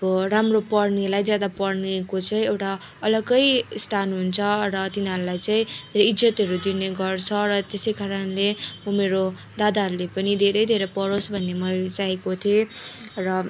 अब राम्रो पढ्नेलाई ज्यादा पढ्नेको चाहिँ एउटा अलग्गै स्थान हुन्छ र तिनीहरूलाई चाहिँ इज्जतहरू दिने गर्छ र त्यसैकारणले म मेरो दादाहरूले पनि धेरै धेरै पढोस् भन्ने मैले चाहेको थिएँ र